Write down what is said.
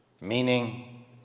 meaning